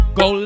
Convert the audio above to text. go